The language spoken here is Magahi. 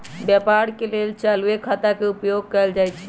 व्यापार के लेल चालूये खता के उपयोग कएल जाइ छइ